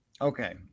Okay